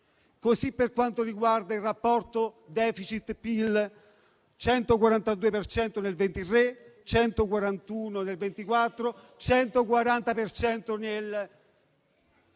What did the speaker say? così per quanto riguarda il rapporto *deficit*-PIL: 142 per cento nel 2023, 141 nel 2024, 140 nel 2025.